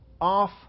off